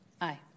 Aye